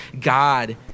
God